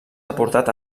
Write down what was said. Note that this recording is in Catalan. deportat